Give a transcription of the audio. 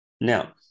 Now